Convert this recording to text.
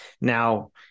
Now